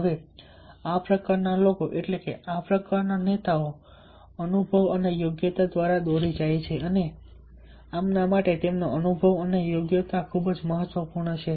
હવે આ પ્રકારના લોકો એટલે આ પ્રકારના નેતાઓ અનુભવ અને યોગ્યતા દ્વારા દોરી જાય છે અને આમના માટે તેમનો અનુભવ અને યોગ્યતાઓ ખૂબ જ મહત્વપૂર્ણ છે